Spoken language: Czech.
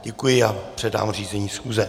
Děkuji a předávám řízení schůze.